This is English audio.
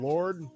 Lord